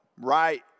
right